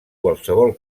qualsevol